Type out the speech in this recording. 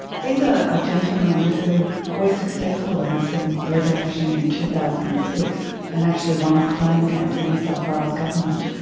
he's ah a gentleman who was successful in some legal action in two thousand and six and actually won a claim against the new south wales government.